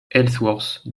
ellsworth